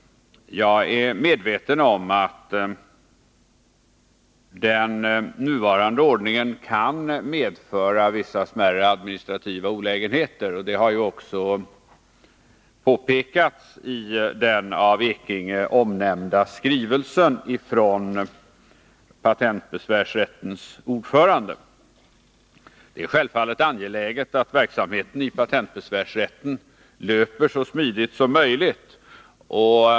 Jag är medveten om att den nuvarande ordningen kan medföra vissa smärre administrativa olägenheter. Detta har också påpekats i den av Bernt Ekinge omnämnda skrivelsen från besvärsrättens ordförande. Det är självfallet angeläget att verksamheten i patentbesvärsrätten löper så smidigt som möjligt.